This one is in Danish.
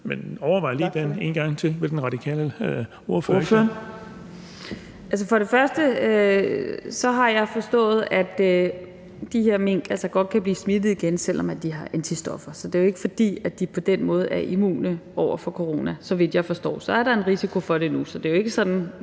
Ordføreren. Kl. 21:14 Zenia Stampe (RV): Altså, for det første har jeg forstået, at de her mink godt kan blive smittet igen, selv om de har antistoffer. Så det er jo ikke, fordi de på den måde er immune over for corona. Så vidt jeg forstår, er der en risiko for det endnu, så det er jo ikke sådan